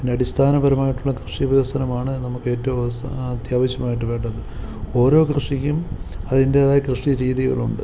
അതിനടിസ്ഥാനപരമായിട്ടുള്ള കൃഷി വികസനമാണ് നമുക്കേറ്റവും അത്യാവശ്യമായിട്ട് വേണ്ടത് ഓരോ കൃഷിക്കും അതിൻ്റേതായ കൃഷി രീതികളുണ്ട്